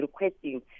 requesting